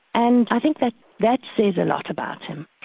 and i think that that says a lot about him.